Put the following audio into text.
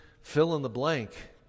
fill-in-the-blank